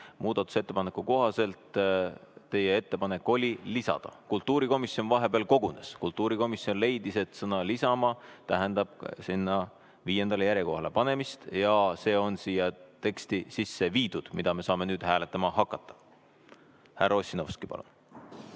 Muudatusettepaneku kohaselt teie ettepanek oli [üks punkt] lisada. Kultuurikomisjon vahepeal kogunes, kultuurikomisjon leidis, et sõna "lisama" tähendab selle punkti viiendale järjekohale panemist. See on siia teksti sisse viidud ja me saame nüüd seda hääletama hakata. Härra Ossinovski, palun!